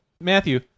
Matthew